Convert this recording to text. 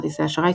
כרטיסי אשראי,